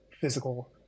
physical